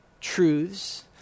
truths